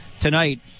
tonight